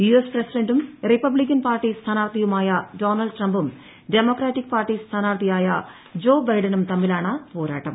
US പ്രസിഡൻറും Republican party സ്ഥാനാർഥിയുമായ Donald ട്രംപും ഡെമോക്രാറ്റിക് പാർട്ടി സ്ഥാനാർഥിയായ ജോ ബൈഡനും തമ്മിലാണ് ് പോരാട്ടം